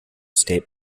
state